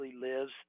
lives